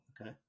Okay